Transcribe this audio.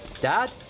Dad